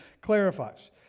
clarifies